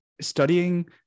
studying